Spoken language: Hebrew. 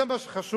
זה מה שחשוב,